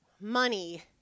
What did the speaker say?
money